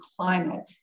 climate